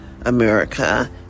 America